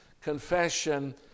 confession